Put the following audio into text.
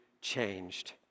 changed